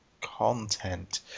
Content